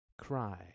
cry